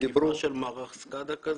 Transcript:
שתקיפה של מערך SCADA כזה,